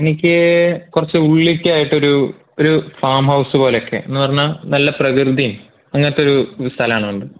എനിക്ക് കുറച്ചുള്ളിക്കായിട്ടൊരു ഒരു ഫാമ് ഹൗസ് പോലൊക്കെ എന്ന് പറഞ്ഞാൽ നല്ല പ്രകൃതിയും അങ്ങനത്തൊരു ഒരു സ്ഥലമാണ് വേണ്ടത്